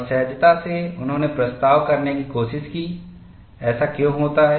और सहजता से उन्होंने प्रस्ताव करने की कोशिश की ऐसा क्यों होता है